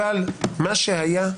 אבל מה שהיה היה.